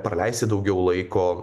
praleisti daugiau laiko